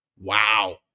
Wow